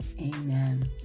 Amen